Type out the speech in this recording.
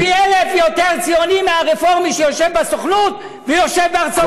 אני פי אלף יותר ציוני מהרפורמי שיושב בסוכנות ויושב בארצות הברית.